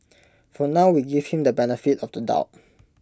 for now we give him the benefit of the doubt